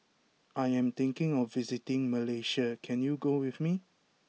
I am thinking of visiting Malaysia can you go with me